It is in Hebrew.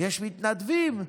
יש מתנדבים,